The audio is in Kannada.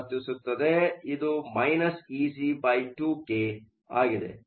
ಆದ್ದರಿಂದ ಇದು ಇಜಿ2 ಕೆEg2k ಆಗಿದೆ